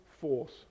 force